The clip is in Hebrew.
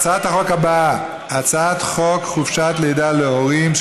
הצעת החוק הבאה היא הצעת חוק חופשת לידה להורים,